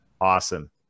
Awesome